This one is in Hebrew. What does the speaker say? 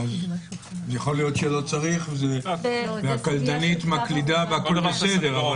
יכול להיות שלא צריך והקלדנית מקלידה והכול בסדר.